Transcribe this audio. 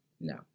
No